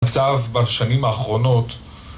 מצב בשנים האחרונות...